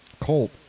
Colt